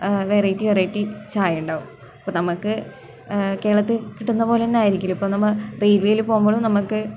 variety variety ചായ ഉണ്ടാവും ഇപ്പം നമുക്ക് കേരളത്തിൽ കിട്ടുന്നതുപോലെ തന്നെ ആയിരിക്കില്ല ഇപ്പം നമ്മൾ റെയില്വേയിൽ പോകുമ്പോഴും നമുക്ക്